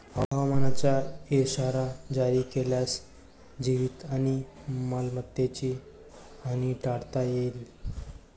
हवामानाचा इशारा जारी केल्यास जीवित आणि मालमत्तेची हानी टाळता येईल